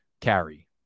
carry